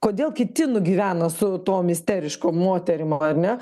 kodėl kiti nugyvena su tom isteriškom moterim ane